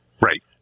Right